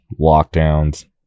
lockdowns